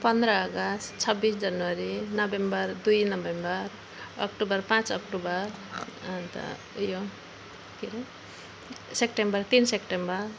पन्ध्र अगस्त छब्बिस जनवरी नोभेम्बर दुई नोभेम्बर अक्टोबर पाँच अक्टोबर अन्त ऊ यो के अरे सेप्टेम्बर तिन सेप्टेम्बर